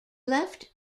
left